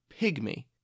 pygmy